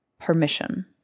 permission